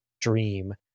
dream